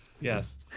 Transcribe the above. yes